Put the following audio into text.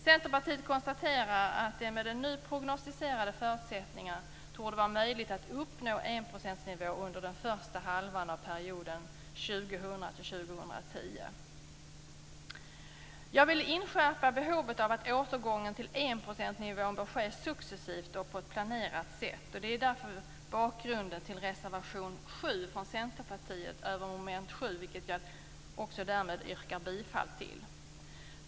Centerpartiet konstaterar att det med nu prognosticerade förutsättningar torde vara möjligt att uppnå enprocentsnivån under den första halvan av perioden 2000-2010. Jag vill inskärpa behovet av att återgången till enprocentsnivån bör ske successivt och på ett planerat sätt. Detta är bakgrunden till reservation 7 från Centerpartiet, som gäller mom. 7, vilken jag härmed yrkar bifall till.